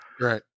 Right